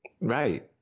right